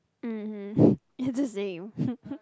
mmhmm it's his name